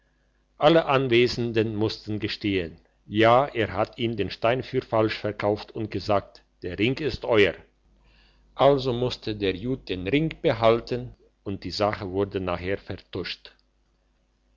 alle anwesenden mussten gestehen ja er hat ihm den stein für falsch verkauft und gesagt der ring ist euer also musste der jud den ring behalten und die sache wurde nachher vertuscht